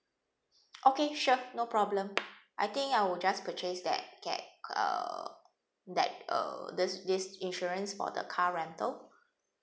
okay sure no problem I think I will just purchase that that uh that uh this this insurance for the car rental